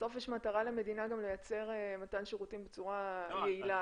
בסוף יש מטרה למדינה גם לייצר מתן שירותים בצורה יעילה,